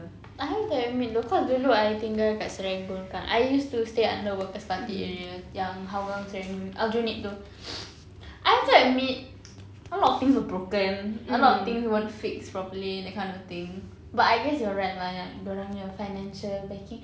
I have to admit though cause dahulu I tinggal kat serangoon kan I used to stay under worker's party area yang hougang serangoon aljunied itu I have to admit a lot of things were broken a lot of things weren't fixed properly that kind of thing but I guess you're right lah ya dia orangnya financial backing